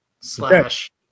slash